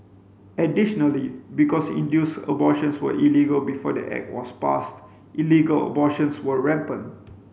additionally because induced abortions were illegal before the act was passed illegal abortions were rampant